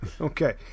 Okay